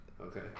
Okay